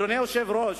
אדוני היושב-ראש,